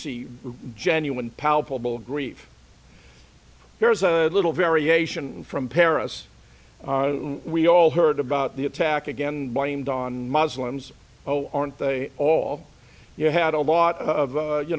see genuine palpable grief here's a little variation from paris we all heard about the attack again blamed on muslims oh aren't they all you had a lot of